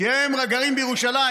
כי הם גרים בירושלים,